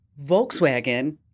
Volkswagen